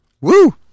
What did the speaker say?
Woo